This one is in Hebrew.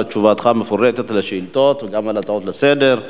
על תשובתך המפורטת על השאילתות וגם על ההצעות לסדר.